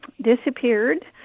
disappeared